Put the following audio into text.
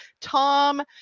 Tom